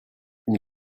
une